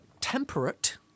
temperate